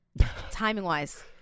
Timing-wise